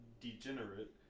degenerate